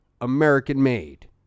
American-made